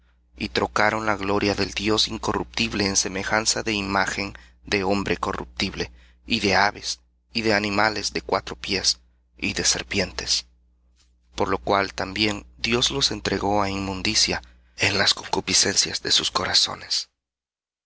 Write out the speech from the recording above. y trocaron la gloria del dios incorruptible en semejanza de imagen de hombre corruptible y de aves y de animales de cuatro pies y de serpientes por lo cual también dios los entregó á inmundicia en las concupiscencias de sus corazones